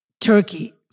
Turkey